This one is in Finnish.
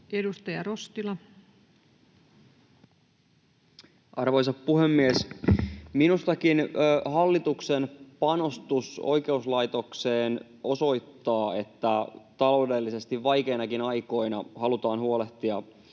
12:52 Content: Arvoisa puhemies! Minustakin hallituksen panostus oikeuslaitokseen osoittaa, että taloudellisesti vaikeinakin aikoina halutaan huolehtia